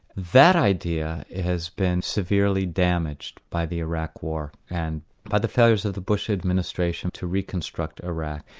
that idea has been severely damaged by the iraq war, and by the failures of the bush administration to reconstruct iraq.